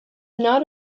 not